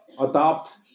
adopt